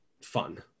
fun